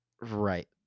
Right